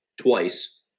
twice